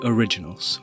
Originals